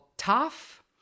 Tough